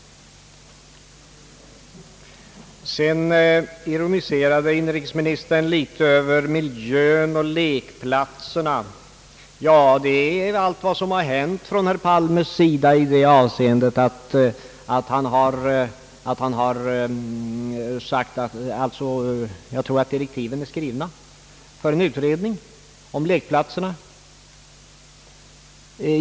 Sedan ironiserade inrikesministern litet över miljön och lekplatserna. Allt vad som har hänt är att herr Palme har sagt, att direktiven bör innehålla utredning om lekplatserna.